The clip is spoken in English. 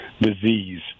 disease